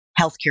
healthcare